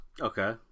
Okay